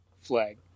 Flag